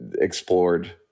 explored